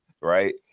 right